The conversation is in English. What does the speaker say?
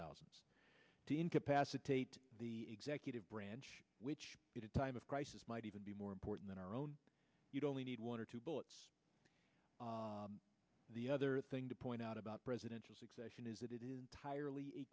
thousands to incapacitate the executive branch which is a time of crisis might even be more important than our own you'd only need one or two bullets the other thing to point out about presidential succession is that it is tirel